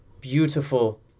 beautiful